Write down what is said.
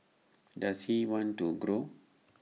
does he want to grow